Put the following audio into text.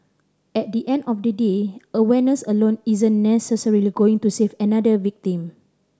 at the end of the day awareness alone isn't necessarily going to save another victim